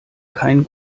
kein